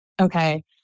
okay